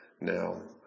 now